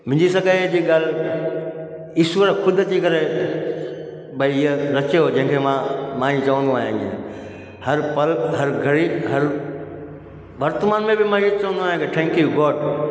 मुंहिंजी सगाई जी ॻाल्हि ईश्वरु ख़ुदि अची करे भई इहा जचियो जेके मां मां ई चवंदो आहियां ईअं हर पल हर घड़ी हर वर्तमान में बि मां ईअं चवंदो आहियां की थैंक्यू गॉड